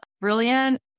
brilliant